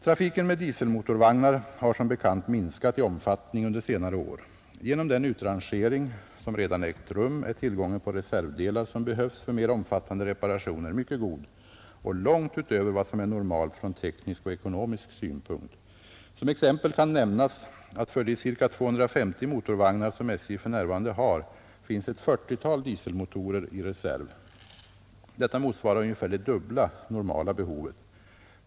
Trafiken med dieselmotorvagnar har som bekant minskat i omfattning under senare år. Genom den utrangering som redan ägt rum är tillgången på reservdelar som behövs för mer omfattande reparationer mycket god och långt utöver vad som är normalt från teknisk och ekonomisk synpunkt. Som exempel kan nämnas att för de ca 250 motorvagnar som SJ för närvarande har finns ett 40-tal dieselmotorer i reserv. Detta motsvarar ungefär det dubbla normala behovet.